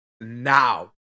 now